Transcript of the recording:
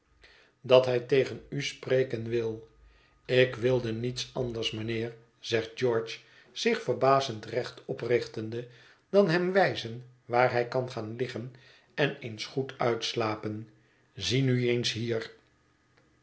u spreken wil ik wilde niets anders mijnheer zegt george zich verbazend recht oprichtende dan hem wijzen waar hij kan gaan liggen en eens goed uitslapen zie nu eens hier